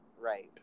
Right